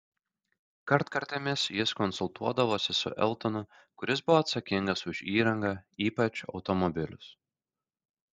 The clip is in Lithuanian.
kartkartėmis jis konsultuodavosi su eltonu kuris buvo atsakingas už įrangą ypač automobilius